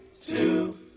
two